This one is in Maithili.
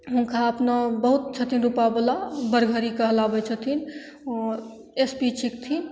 हुनका अपना बहुत छथिन रूपैआवला बड़घड़ी कहलाबय छथिन ओ एस पी छिकथिन